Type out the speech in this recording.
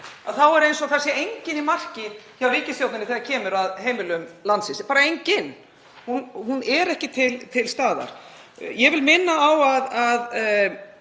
þá er eins og það sé enginn í marki hjá ríkisstjórninni þegar kemur að heimilum landsins, bara enginn. Ríkisstjórnin er ekki til staðar. Ég vil minna á að